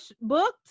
booked